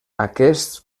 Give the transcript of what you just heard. aquests